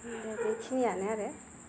दा बेखिनियानो आरो